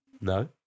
No